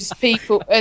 people